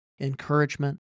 encouragement